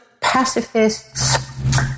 pacifists